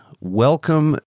welcome